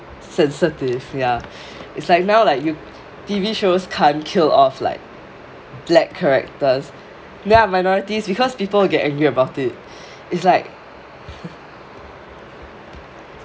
sensitive ya it's like now like you T_V shows can't kill off like black characters ya minorities because people will get angry about it it's like